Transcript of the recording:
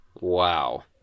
Wow